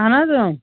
اَہَن حظ